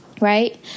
right